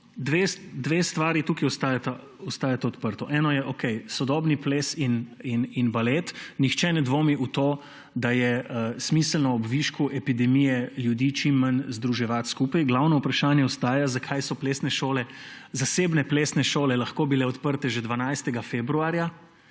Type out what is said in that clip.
dve stvari tukaj ostajata odprti. Eno je sodobni ples in balet. Nihče ne dvomi v to, da je smiselno ob višku epidemije ljudi čim manj združevati skupaj. Glavno vprašanje ostaja: Zakaj so bile zasebne plesne šole lahko odprte že 12. februarja,